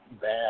bad